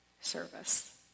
service